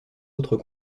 autres